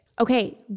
Okay